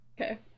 Okay